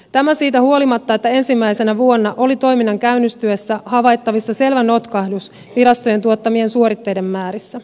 tämä siitä huolimatta että ensimmäisenä vuonna oli toiminnan käynnistyessä havaittavissa selvä notkahdus virastojen tuottamien suoritteiden määrissä